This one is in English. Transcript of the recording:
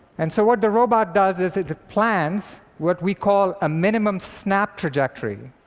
and so what the robot does, is it plans what we call a minimum-snap trajectory.